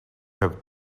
have